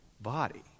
body